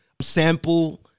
sample